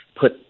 put